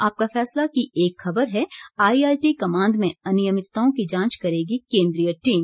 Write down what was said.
आपका फैसला की एक खबर है आईआईटी कमांद में अनियमितताओं की जांच करेगी केंद्रीय टीम